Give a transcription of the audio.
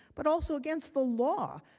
but also, against the law.